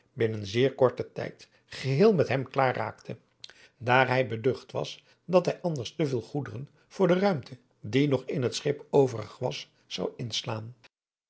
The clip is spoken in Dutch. binnen zeer korten tijd geheel met hem klaar raakte daar hij beducht was dat hij anders te veel goederen voor de ruimte die nog in het schip overig was zou inslaan